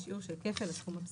בשיעור של כפל הסכום הבסיסי.